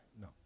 No